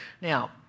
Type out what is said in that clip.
Now